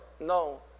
no